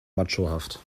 machohaft